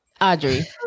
Audrey